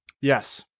Yes